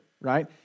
right